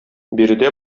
биредә